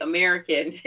American